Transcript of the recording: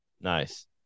Nice